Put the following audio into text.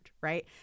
right